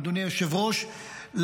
אדוני היושב-ראש,